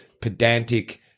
pedantic